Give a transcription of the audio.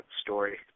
story